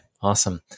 Awesome